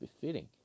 befitting